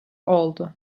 oldu